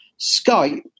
Skype